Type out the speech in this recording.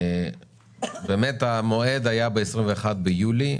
המועד היה 21 ביולי,